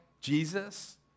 Jesus